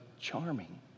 charming